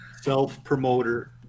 self-promoter